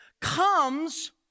comes